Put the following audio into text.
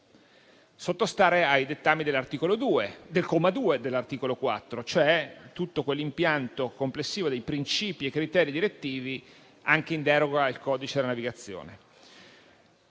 sottostare ai dettami del comma 2 dell'articolo 4, cioè tutto quell'impianto complessivo di principi e criteri direttivi, anche in deroga al codice della navigazione.